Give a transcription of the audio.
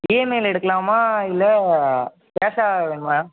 இஎம்ஐயில் எடுக்கலாமா இல்லை கேஷாக வேணுமா